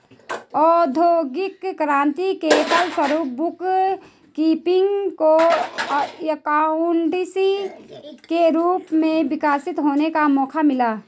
औद्योगिक क्रांति के फलस्वरूप बुक कीपिंग को एकाउंटेंसी के रूप में विकसित होने का मौका मिला